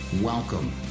Welcome